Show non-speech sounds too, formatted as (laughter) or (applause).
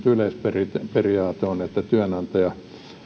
(unintelligible) yleisperiaate on että työnantaja